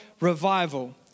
revival